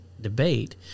debate